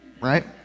right